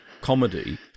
comedy